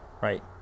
right